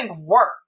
work